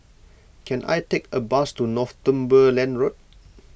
can I take a bus to Northumberland Road